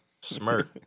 Smirk